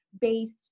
based